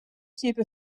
cube